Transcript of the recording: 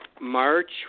March